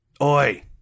Oi